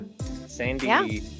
Sandy